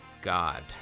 God